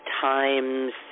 times